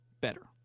better